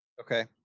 Okay